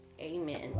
Amen